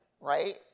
right